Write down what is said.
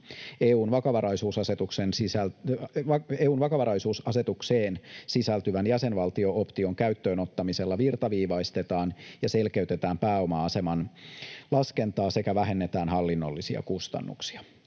EU:n vakavaraisuusasetukseen sisältyvän jäsenvaltio-option käyttöön ottamisella virtaviivaistetaan ja selkeytetään pääoma-aseman laskentaa sekä vähennetään hallinnollisia kustannuksia.